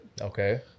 Okay